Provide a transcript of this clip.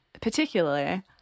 particularly